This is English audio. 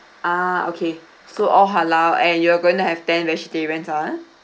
ah okay so all halal and you're going to have ten vegetarians ah